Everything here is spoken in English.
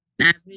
Average